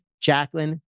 Jacqueline